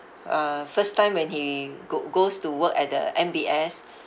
uh first time when he go~ goes to work at the M_B_S